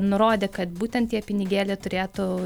nurodė kad būtent tie pinigėliai turėtų